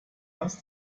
hast